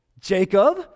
Jacob